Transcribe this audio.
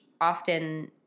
often